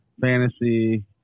fantasy